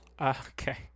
Okay